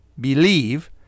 believe